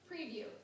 Preview